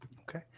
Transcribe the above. okay